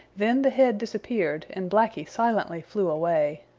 then the head disappeared and blacky silently flew away.